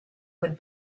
would